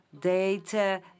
data